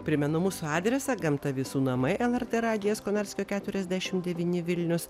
primenu mūsų adresą gamta visų namai lrt radijas konarskio keturiasdešim devyni vilnius